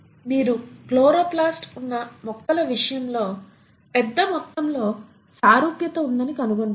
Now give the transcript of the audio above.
మీరు క్లోరోప్లాస్ట్ ఉన్న మొక్కల విషయంలో పెద్ద మొత్తంలో సారూప్యత ఉందని కనుగొంటారు